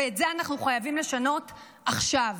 ואת זה אנחנו חייבים לשנות עכשיו.